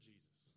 Jesus